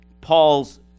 Paul's